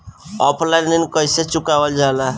Offline ऋण कइसे चुकवाल जाला?